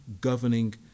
governing